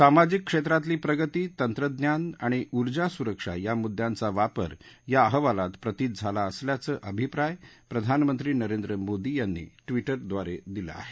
सामाजिक क्षेत्रातली प्रगती तंत्रज्ञान आणि ऊर्जा सुरक्षा या मुद्दयांचा वापर या अहवालात प्रतीत झाला असल्याचं अभिप्राय प्रधाननंत्री नरेंद्र मोदी यांनी ट्विटरवर दिला आहे